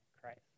Christ